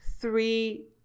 three